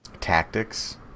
tactics